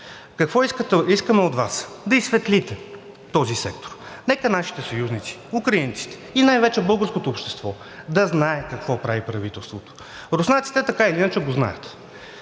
Какво искаме от Вас? Да изсветлите този сектор и нека нашите съюзници украинците, и най-вече българското общество да знае какво прави правителството. Руснаците така или иначе го знаят.